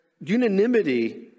unanimity